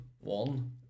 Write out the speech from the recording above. one